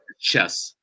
chess